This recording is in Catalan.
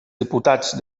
diputats